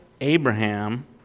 Abraham